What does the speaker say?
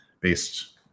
based